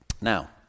Now